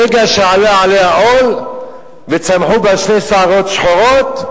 ברגע שעלה עליה עול וצמחו בה שתי שערות שחורות,